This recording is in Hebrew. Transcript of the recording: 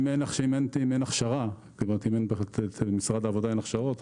אם במשרד העבודה אין הכשרות,